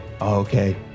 Okay